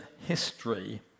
history